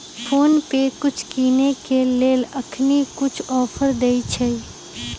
PhonePe कुछ किनेय के लेल अखनी कुछ ऑफर देँइ छइ